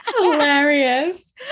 Hilarious